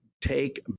take